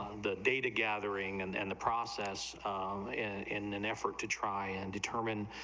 the data gathering and then the process, and in an effort to try and determine,